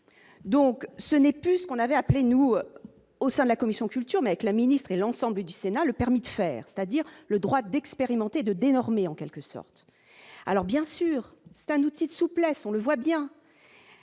donc ce n'est plus qu'on avait appelés nous au sein de la commission culture, mais que la ministre et l'ensemble du Sénat, le permis de faire, c'est-à-dire le droit d'expérimenter de désormais en quelque sorte, alors bien sûr c'est un outil de souplesse, on le voit bien.